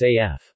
SAF